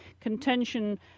contention